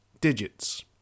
digits